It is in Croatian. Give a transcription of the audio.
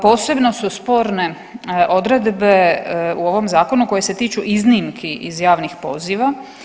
Posebno su sporne odredbe u ovom zakonu koje se tiču iznimki iz javnih poziva.